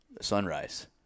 sunrise